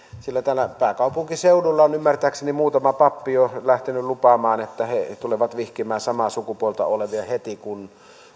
täällä pääkaupunkiseudulla on ymmärtääkseni muutama pappi jo lähtenyt lupaamaan että he tulevat vihkimään samaa sukupuolta olevia heti kun